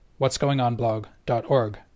what'sgoingonblog.org